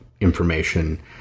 information